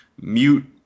mute